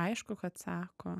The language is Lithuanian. aišku kad sako